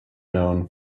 known